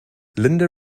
linda